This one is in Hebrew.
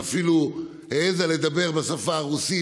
ואפילו העזה לדבר בשפה הרוסית,